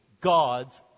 God's